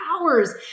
hours